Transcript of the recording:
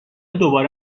دوباره